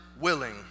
willing